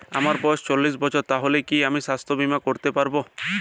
আমার বয়স চল্লিশ বছর তাহলে কি আমি সাস্থ্য বীমা করতে পারবো?